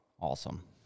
awesome